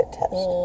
test